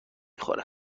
خوره